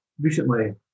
recently